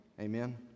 amen